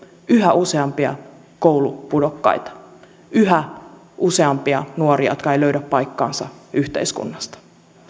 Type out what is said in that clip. yhä useampia koulupudokkaita yhä useampia nuoria jotka eivät löydä paikkaansa yhteiskunnasta